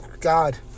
God